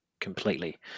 completely